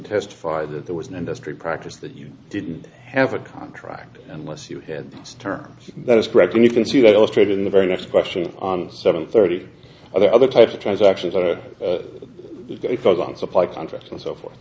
testify that there was an industry practice that you didn't have a contract unless you had terms that is correct and you can see that illustrated in the very next question on seven thirty the other types of transactions are a focus on supply contracts and so forth